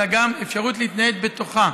אלא גם אפשרות להתנייד בתוכה,